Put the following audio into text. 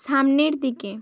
সামনের দিকে